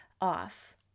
off